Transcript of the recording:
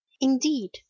Indeed